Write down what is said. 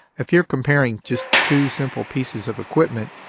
if you're comparing just two simple pieces of equipment,